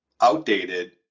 outdated